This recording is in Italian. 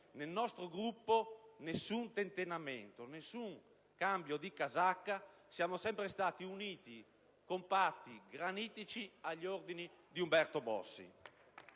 Nel nostro Gruppo non vi è stato alcun tentennamento, nessun cambio di casacca. Siamo sempre stati uniti, compatti e granitici agli ordini di Umberto Bossi.